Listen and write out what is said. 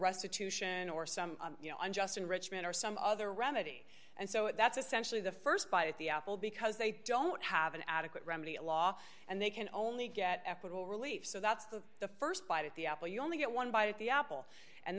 restitution or some you know unjust enrichment or some other remedy and so that's essentially the st bite at the apple because they don't have an adequate remedy law and they can only get equitable relief so that's the the st bite at the apple you only get one bite of the apple and